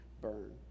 burn